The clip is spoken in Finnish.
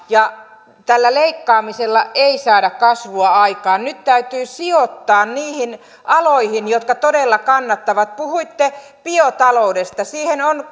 ja tällä leikkaamisella ei saada kasvua aikaan nyt täytyy sijoittaa niihin aloihin jotka todella kannattavat puhuitte biotaloudesta siihen on